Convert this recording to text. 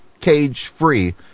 cage-free